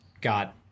got